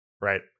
right